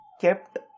kept